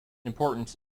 importance